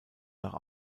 nach